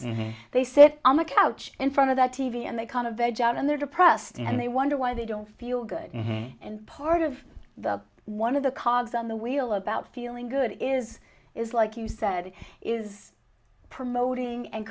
s they said on the couch in front of the t v and they kind of edge on and they're depressed and they wonder why they don't feel good and part of the one of the cars on the wheel about feeling good is is like you said is promoting and